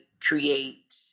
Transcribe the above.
create